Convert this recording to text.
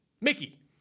Mickey